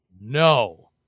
No